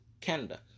Canada